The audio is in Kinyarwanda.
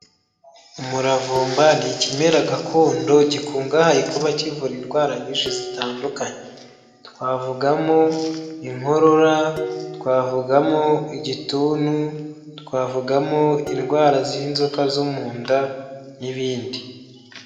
Umuravumba, ni ikimera gakondo gikungahaye kuba kivura indwara nyinshi zitandukanye: twavugamo inkorora, twavugamo igituntu, twavugamo indwara z'inzoka zo mu nda n'ibindi.